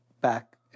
back